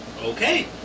Okay